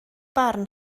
barn